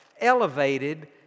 elevated